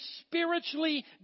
spiritually